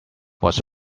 was